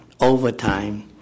overtime